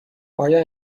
آیا